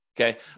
Okay